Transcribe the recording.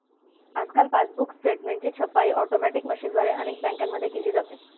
आजकाल पासबुक स्टेटमेंटची छपाई ऑटोमॅटिक मशीनद्वारे अनेक बँकांमध्ये केली जाते